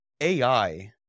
AI